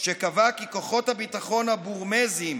שקבעה כי כוחות הביטחון הבורמזיים